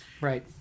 Right